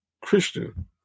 Christian